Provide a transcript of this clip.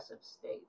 state